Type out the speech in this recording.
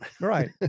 Right